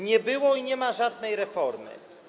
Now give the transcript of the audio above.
Nie było i nie ma żadnej reformy.